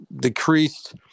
decreased